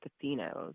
casinos